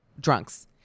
drunks